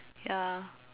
ya